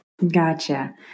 Gotcha